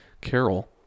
Carol